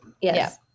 Yes